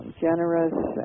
generous